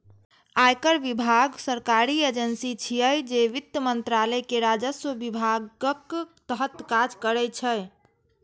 आयकर विभाग सरकारी एजेंसी छियै, जे वित्त मंत्रालय के राजस्व विभागक तहत काज करै छै